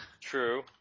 True